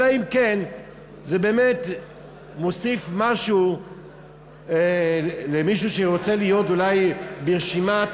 אלא אם כן זה באמת מוסיף משהו למישהו שרוצה להיות אולי ברשימת